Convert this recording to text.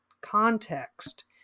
context